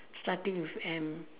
starting with M